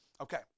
Okay